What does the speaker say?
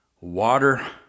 water